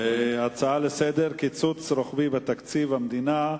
קיצוץ רוחבי בתקציב המדינה,